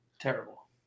Terrible